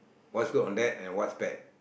what's good on that and what's bad